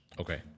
Okay